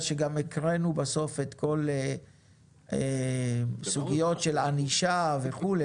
שגם הקראנו בסוף את כל הסוגיות של הענישה וכו',